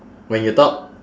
when you talk